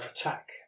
attack